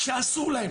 שאסור להם.